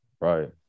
right